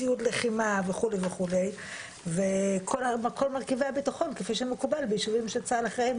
ציוד לחימה וכל מרכיבי הביטחון כפי שמקובל ביישובים שצה"ל אחראי.